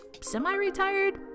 semi-retired